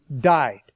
died